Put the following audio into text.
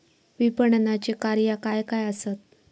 विपणनाची कार्या काय काय आसत?